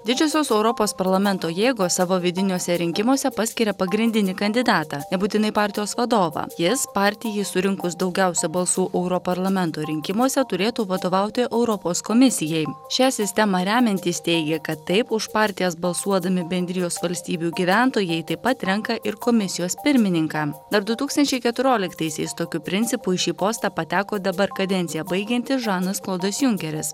didžiosios europos parlamento jėgos savo vidiniuose rinkimuose paskiria pagrindinį kandidatą nebūtinai partijos vadovą jis partijai surinkus daugiausiai balsų auroparlamento rinkimuose turėtų vadovauti europos komisijai šią sistemą remiantys teigia kad taip už partijas balsuodami bendrijos valstybių gyventojai taip pat renka ir komisijos pirmininką dar du tūkstančiai keturioliktaisiais tokiu principu į šį postą pateko dabar kadenciją baigiantis žanas klodas junkeris